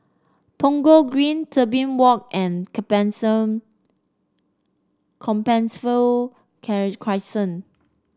Punggol Green Tebing Walk and Compassvale Crescent